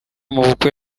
mubukwe